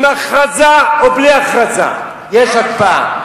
עם הכרזה או בלי הכרזה יש הקפאה.